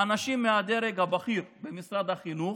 אנשים מהדרג הבכיר במשרד החינוך